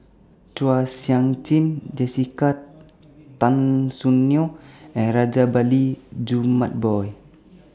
Chua Sian Chin Jessica Tan Soon Neo and Rajabali Jumabhoy